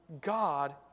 God